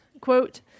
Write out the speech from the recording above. Quote